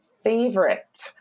favorite